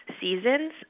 seasons